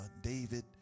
David